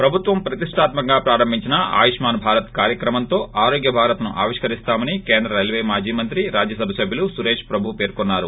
ప్రభుత్వం ప్రతిష్టాత్మ కంగా ప్రారంభించిన ఆయుష్మాన్ భారత్ కార్యక్రమంతో ఆరోగ్య భారత్ ను ఆవిష్కరిస్తామని కేంద్ర రైల్వే మాజీ మంత్రి రాజ్వసభ సభ్యులు సురేష్ ప్రభు పేర్కొన్నారు